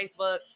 Facebook